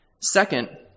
Second